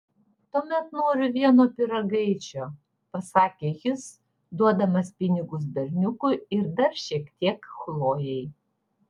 tuomet noriu vieno pyragaičio pasakė jis duodamas pinigus berniukui ir dar šiek tiek chlojei